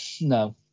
No